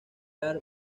are